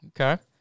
Okay